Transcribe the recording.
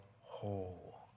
whole